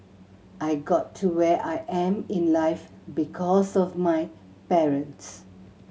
I got to where I am in life because of my parents